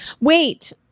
Wait